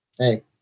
hey